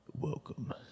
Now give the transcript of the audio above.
Welcome